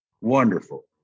Wonderful